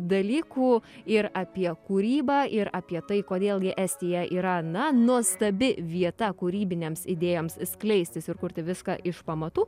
dalykų ir apie kūrybą ir apie tai kodėl gi estija yra na nuostabi vieta kūrybinėms idėjoms skleistis ir kurti viską iš pamatų